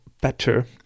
better